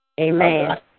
Amen